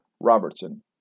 Robertson